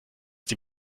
die